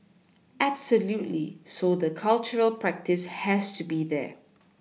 absolutely so the cultural practice has to be there